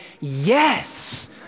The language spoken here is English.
yes